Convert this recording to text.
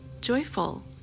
joyful